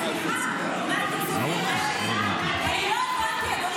--- אני לא שומע אותו.